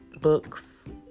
books